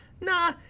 Nah